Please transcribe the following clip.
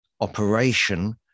operation